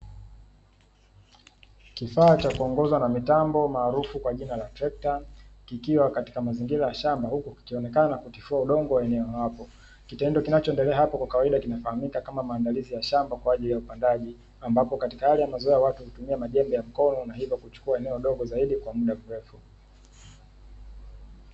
Kifaa cha kuongozwa na mitambo maarufu kwa jina la trekta kikiwa katika mazingira ya shamba ikionekena kutifua udongo wa eneo hapo. Kitendo kinachoendelea hapo kwa kawaida kinafahamika kama maandalizi ya shamba kwa ajili ya upandaji, ambapo kwa hali ya kawaida watu hutumia majembe ya mkono hivo kuchukua eneo dogo zaidi kwa muda mrefu.